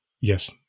Yes